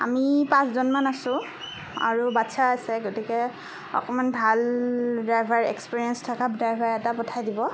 আমি পাঁচজন মান আছোঁ আৰু বাচ্ছা আছে গতিকে অকণমান ভাল ড্ৰাইভাৰ এক্সপিৰিয়েঞ্চ থকা ড্ৰাইভাৰ এটা পঠাই দিব